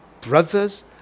brothers